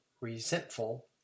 resentful